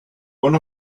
one